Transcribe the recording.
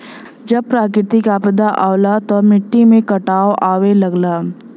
जब प्राकृतिक आपदा आवला त मट्टी में कटाव आवे लगला